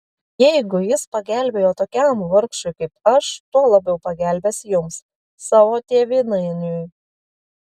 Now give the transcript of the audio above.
jeigu jis pagelbėjo tokiam vargšui kaip aš tuo labiau pagelbės jums savo tėvynainiui